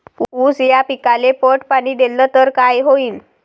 ऊस या पिकाले पट पाणी देल्ल तर काय होईन?